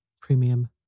Premium